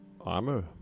armor